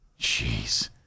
Jeez